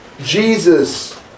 Jesus